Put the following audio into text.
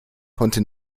konnte